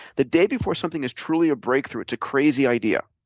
the day before something is truly a breakthrough, it's a crazy idea.